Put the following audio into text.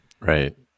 Right